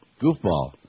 Goofball